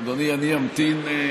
אדוני, אני אמתין.